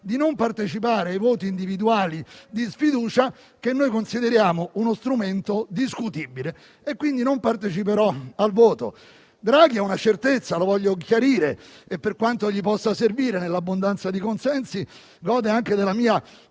di non partecipare ai voti individuali di sfiducia, che noi consideriamo uno strumento discutibile. Quindi, non parteciperò al voto. Draghi è una certezza - lo voglio chiarire - e per quanto gli possa servire, nell'abbondanza di consensi, gode anche della mia